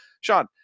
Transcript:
sean